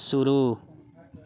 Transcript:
शुरू